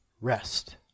rest